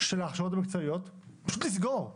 של ההכשרות המקצועיות, פשוט לסגור.